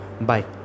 Bye